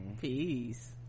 Peace